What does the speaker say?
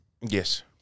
Yes